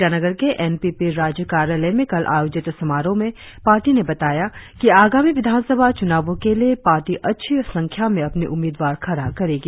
ईटानगर के N P P राज्य कार्यालय में कल आयोजित समारोह में पार्टी ने बताया कि आगामी विधानसभा चुनावों के लिए पार्टी अच्छी संख्या में अपनी उम्मीदवार खड़ा करेगी